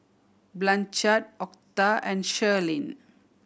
Blanchard Octa and Shirleen